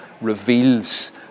reveals